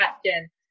question